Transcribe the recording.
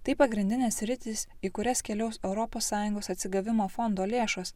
tai pagrindinės sritys į kurias keliaus europos sąjungos atsigavimo fondo lėšos